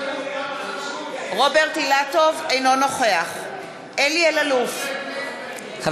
אינו נוכח אלי אלאלוף,